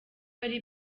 ari